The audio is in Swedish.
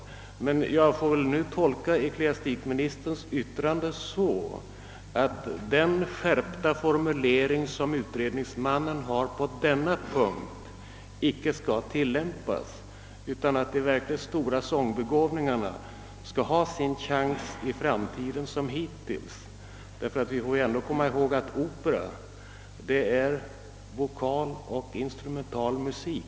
Men jag får väl nu tolka ecklesiastikministerns yttrande så, att utredningsmannens skarpa formulering på denna punkt icke kommer att vinna gehör, utan att de verkligt stora sångarbegåvningarna skall få sin chans i framtiden liksom hittills. Vi bör ändå komma ihåg att opera från början till slut är vokaloch instrumentalmusik.